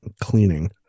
cleaning